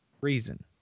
reason